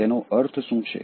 તેનો અર્થ શું છે